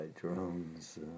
drones